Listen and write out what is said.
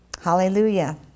Hallelujah